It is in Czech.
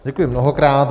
Děkuji mnohokrát.